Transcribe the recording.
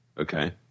Okay